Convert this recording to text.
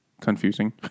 confusing